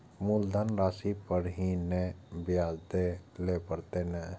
मुलधन राशि पर ही नै ब्याज दै लै परतें ने?